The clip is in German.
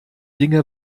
dinge